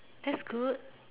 that's good